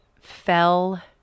Fell